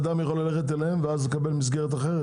אדם יכול ללכת אליהם ולקבל מסגרת אחרת?